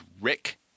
Rick